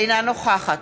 אינה נוכחת